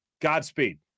Godspeed